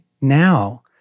now